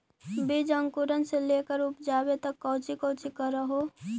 बीज अंकुरण से लेकर उपजाबे तक कौची कौची कर हो?